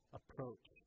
approach